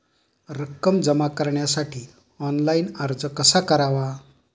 रक्कम जमा करण्यासाठी ऑनलाइन अर्ज कसा करावा?